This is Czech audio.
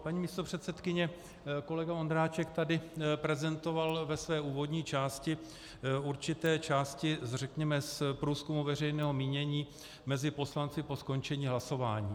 Paní místopředsedkyně, kolega Vondráček tady prezentoval ve své úvodní části určité části, řekněme, z průzkumu veřejného mínění mezi poslanci po skončení hlasování.